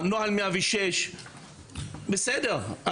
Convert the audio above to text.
נוהל 106. בסדר,